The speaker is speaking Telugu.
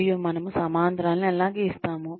మరియు మనము సమాంతరాలను ఎలా గీస్తాము